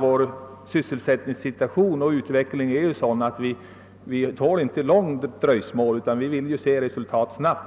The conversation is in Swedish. Vår sysselsättningssituation är sådan att den inte tål något långvarigt dröjsmål. Vi vill se resultat snabbt.